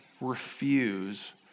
refuse